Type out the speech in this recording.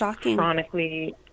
chronically